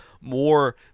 more